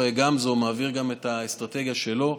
גמזו, הוא מעביר גם את האסטרטגיה שלו,